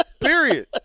Period